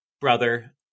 brother